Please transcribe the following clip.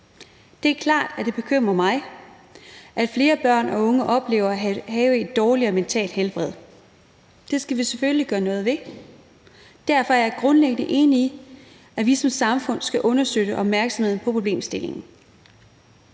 Det er klart, at det bekymrer mig, at flere børn og unge oplever at have et dårligere mentalt helbred. Det skal vi selvfølgelig gøre noget ved. Derfor er jeg grundlæggende enig i, at vi som samfund skal understøtte opmærksomheden på problemstillingen.